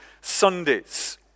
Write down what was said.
Sundays